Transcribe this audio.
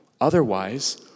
Otherwise